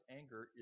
anger